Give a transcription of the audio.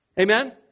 Amen